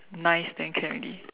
nice then can already